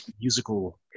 musical